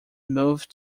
move